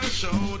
show